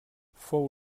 fou